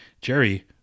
Jerry